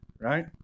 right